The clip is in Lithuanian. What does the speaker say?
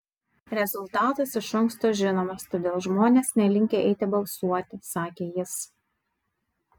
rezultatas iš anksto žinomas todėl žmonės nelinkę eiti balsuoti sakė jis